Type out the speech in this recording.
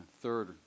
Third